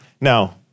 Now